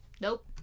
Nope